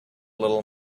little